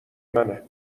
منه